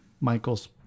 michael's